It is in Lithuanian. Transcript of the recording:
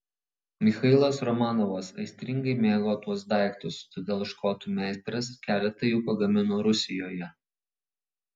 michailas romanovas aistringai mėgo tuos daiktus todėl škotų meistras keletą jų pagamino rusijoje